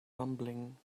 rumbling